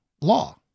law